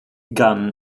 gunn